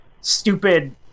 stupid